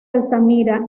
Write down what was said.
altamira